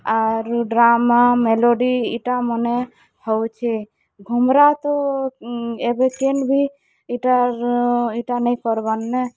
ଆରୁ drama melody ଇଟା ମନେ ହଉଛେ ଘୁମୁରା ତ ଏବେ କେନ୍ ଭି ଇଟା ନାଇଁ କର୍ ବାର୍ ନେ